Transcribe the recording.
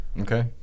Okay